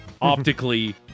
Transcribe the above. optically